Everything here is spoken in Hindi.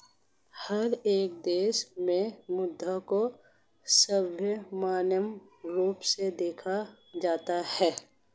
हर एक देश में मुद्रा को सर्वमान्य रूप से देखा जाता है